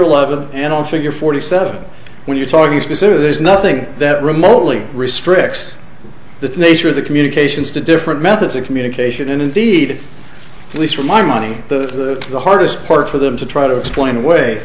level and all figure forty seven when you're talking specifically there's nothing that remotely restricts the things or the communications to different methods of communication and indeed at least for my money the hardest part for them to try to explain away